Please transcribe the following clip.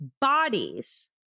bodies